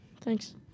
Thanks